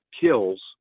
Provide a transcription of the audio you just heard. kills